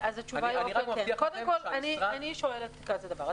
אני שואלת כזה דבר.